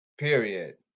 Period